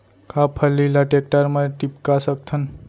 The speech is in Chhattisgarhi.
का फल्ली ल टेकटर म टिपका सकथन?